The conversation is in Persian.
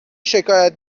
شکایت